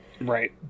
Right